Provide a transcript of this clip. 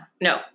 No